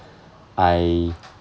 I